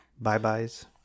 bye-byes